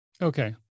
Okay